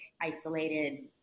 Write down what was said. isolated